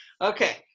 Okay